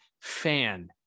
fan